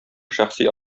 шәхси